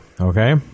Okay